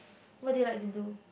what do you like to do